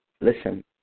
listen